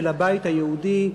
של הבית היהודי,